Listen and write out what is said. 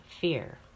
fear